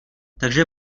takže